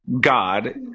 God